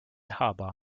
harbor